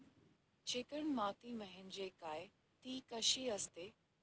Chicken माती म्हणजे काय? ति कशी असते?